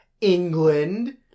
England